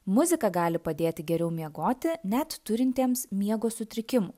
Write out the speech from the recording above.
muzika gali padėti geriau miegoti net turintiems miego sutrikimų